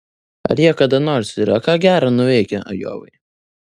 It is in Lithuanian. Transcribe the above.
ar jie kada nors yra ką gera nuveikę ajovai